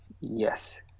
Yes